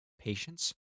patience